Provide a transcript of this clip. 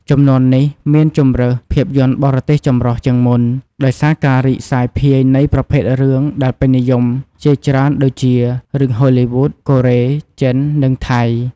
ជំនាន់នេះមានជម្រើស ភាពយន្តបរទេសចម្រុះ ជាងមុន ដោយសារការរីកសាយភាយនៃប្រភេទរឿងដែលពេញនិយមជាច្រើនដូចជា រឿងហូលីវូដ កូរ៉េ ចិន និងថៃ ។